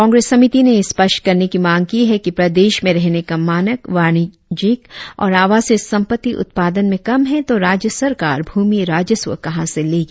कांग्रेस समिति ने यह स्पष्ट करने की मांग है कि प्रदेश में रहने का मानक वाणिज्यिक और आवासीय संपत्ति उत्पादन में कम है तो राज्य सरकार भूमि राजस्व कहा से लेगी